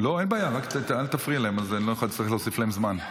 רק אל תפריע להם, כך אני לא אצטרך להוסיף להם זמן.